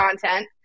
content